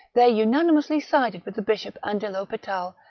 they unanimously sided with the bishop and de fhospital,